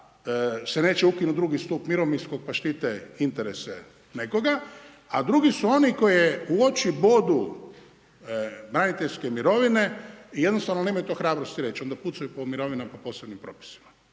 se neće ukinut drugi stup mirovinskog pa štite interese nekoga. A drugi su oni koji u oči bodu braniteljske mirovine i jednostavno nemaju to hrabrosti reći onda pucaju po mirovinama po posebnim propisima.